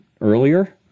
earlier